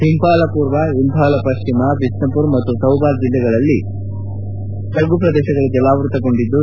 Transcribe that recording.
ಇಂಫಾಲ ಪೂರ್ವ ಇಂಫಾಲ ಪಶ್ಚಿಮ ಬಿಷ್ನುಪುರ್ ಮತ್ತು ಥೌಬಾಲ್ ಜಿಲ್ಲೆಗಳಲ್ಲಿ ಹಲವೆಡೆ ತಗ್ಗು ಪ್ರದೇಶಗಳು ಜಲಾವೃತಗೊಂಡಿದ್ದು